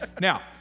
Now